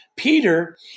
Peter